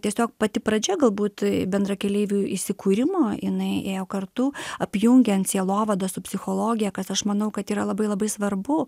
tiesiog pati pradžia galbūt bendrakeleivių įsikūrimo jinai ėjo kartu apjungiant sielovadą su psichologija kas aš manau kad yra labai labai svarbu